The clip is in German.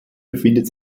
befindet